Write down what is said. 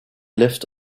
lived